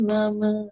Mama